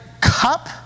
cup